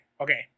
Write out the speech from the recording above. okay